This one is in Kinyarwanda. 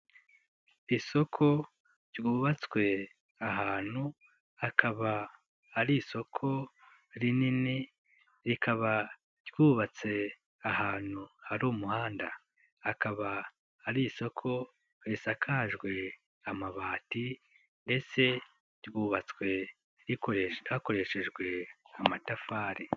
Isoko ryubatswe ahantu, akaba ari isoko rinini, rikaba ryubatse ahantu hari umuhanda, akaba ari isoko risakajwe amabati ndetse ryubatswe rikoresha hakoreshejwe amatafari.